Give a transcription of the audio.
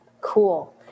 Cool